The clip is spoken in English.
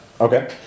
Okay